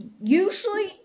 Usually